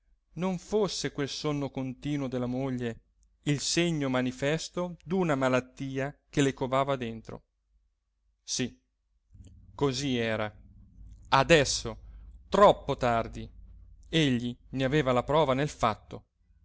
non fosse quel sonno continuo della moglie il segno manifesto d'una malattia che le covava dentro sì così era adesso troppo tardi egli ne aveva la prova nel fatto